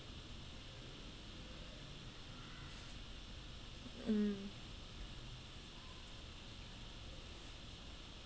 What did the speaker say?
mm